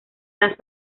las